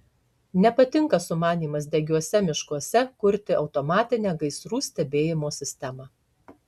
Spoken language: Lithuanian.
nepatinka sumanymas degiuose miškuose kurti automatinę gaisrų stebėjimo sistemą